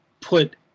put